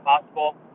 possible